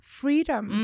freedom